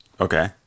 Okay